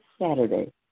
Saturday